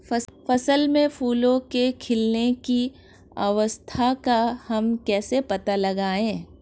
फसल में फूलों के खिलने की अवस्था का हम कैसे पता लगाएं?